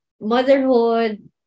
motherhood